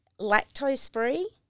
lactose-free